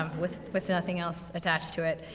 um with with nothing else attached to it.